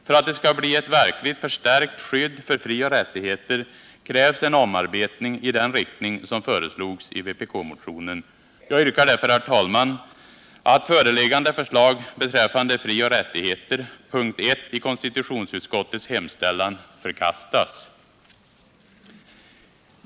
För att det skall bli ett verkligt förstärkt skydd för frioch rättigheter krävs en omarbetning i den riktning som föreslogs i vpk-motionen. Jag yrkar därför, herr talman, att föreliggande förslag beträffande skyddet för frioch rättigheter — punkt 1 i konstitutionsutskottets hemställan — förkastas.